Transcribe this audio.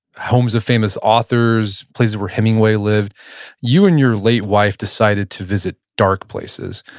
homes of famous authors, places where hemingway lived you and your late wife decided to visit dark places.